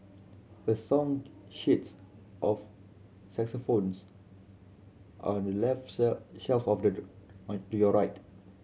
a song sheets of xylophones are left shelf of the to your right